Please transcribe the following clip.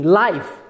life